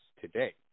today